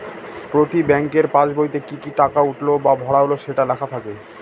প্রতি ব্যাঙ্কের পাসবইতে কি কি টাকা উঠলো বা ভরা হল সেটা লেখা থাকে